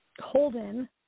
Holden